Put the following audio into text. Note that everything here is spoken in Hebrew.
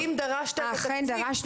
אני שואלת